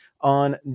on